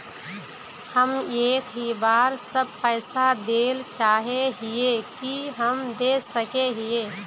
हम एक ही बार सब पैसा देल चाहे हिये की हम दे सके हीये?